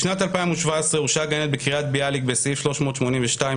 בשנת 2017 הורשעה גננת בקריית ביאליק בסעיף 382(ב).